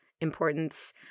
importance